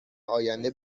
آینده